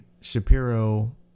Shapiro